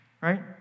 right